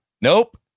nope